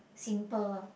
simple